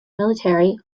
military